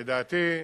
לדעתי,